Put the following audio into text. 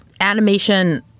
Animation